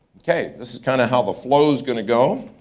okay, this is kinda how the flow's gonna go.